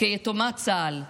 כיתומת צה"ל.